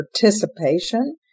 participation